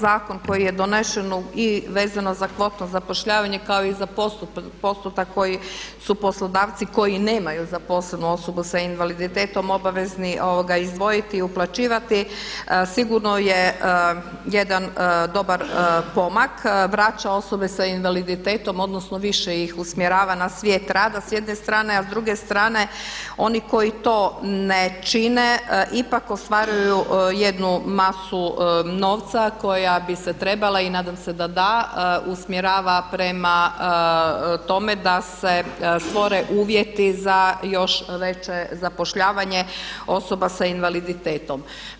Zakon koji je donesen i vezano za kvotno zapošljavanje kao i za postotak koji su poslodavci koji nemaju zaposlenu osobu sa invaliditetom obavezni izdvojiti, uplaćivati, sigurno je jedan dobar pomak, vraća osobe sa invaliditetom odnosno više ih usmjerava na svijet rada s jedne strane a s druge strane oni koji to ne čine ipak ostvaruju jednu masu novca koja bi se trebala i nadam se da da usmjerava prema tome da se stvore uvjeti za još veće zapošljavanje osoba sa invaliditetom.